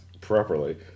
properly